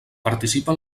participa